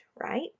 right